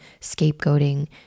scapegoating